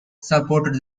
supported